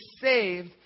saved